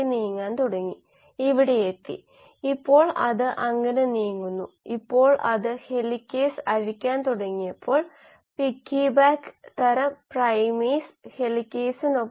ഈ stoichiometric matrix നമ്മൾക്ക് വിവിധ നിരക്കുകൾ നൽകുന്നു സ്റ്റോകിയോമെട്രിക് മാട്രിക്സ് ക്ഷമിക്കണം ഈ പ്രാതിനിധ്യം നമ്മൾക്ക് സ്റ്റൈക്കിയോമെട്രിക് മാട്രിക്സും വിവിധ നിരക്കുകളും ശേഖരണത്തിന്റെ നിരക്കും നൽകുന്നു